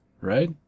Right